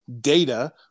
data